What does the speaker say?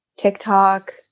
TikTok